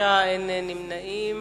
בעד, 5, אין מתנגדים ואין נמנעים.